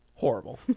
Horrible